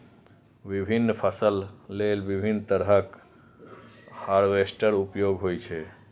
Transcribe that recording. विभिन्न फसल लेल विभिन्न तरहक हार्वेस्टर उपयोग होइ छै